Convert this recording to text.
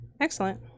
Excellent